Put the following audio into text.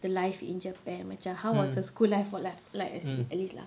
the life in japan macam how was her school life or like at least lah